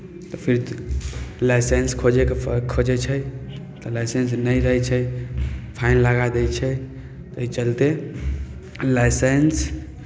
फेर लाइसेंस खोजयके प खोजै छै तऽ लाइसेंस नहि रहै छै फाइन लगा दै छै तऽ ओहि चलते लाइसेंस